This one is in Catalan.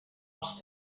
als